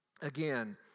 again